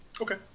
Okay